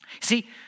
See